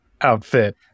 outfit